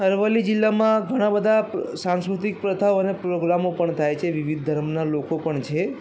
અરવલ્લી જિલ્લામાં ઘણા બધા પ સાંસ્કૃતિક પ્રથાઓ અને પ્રોગ્રામો પણ થાય છે વિવિધ ધર્મના લોકો પણ છે